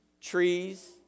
trees